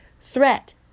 threat